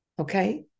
Okay